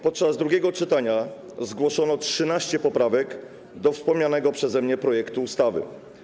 Podczas drugiego czytania zgłoszono 13 poprawek do wspomnianego przeze mnie projektu ustawy.